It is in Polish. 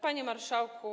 Panie Marszałku!